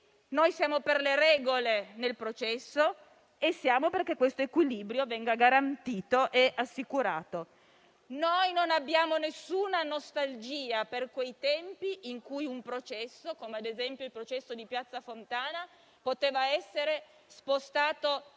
Noi siamo per le regole nel processo e siamo perché questo equilibrio venga garantito e assicurato. Non abbiamo alcuna nostalgia per quei tempi in cui un processo, come ad esempio quello sulla strage di Piazza Fontana, poteva essere spostato